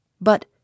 But